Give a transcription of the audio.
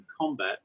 combat